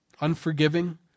Unforgiving